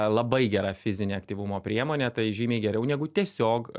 labai gera fizinė aktyvumo priemonė tai žymiai geriau negu tiesiog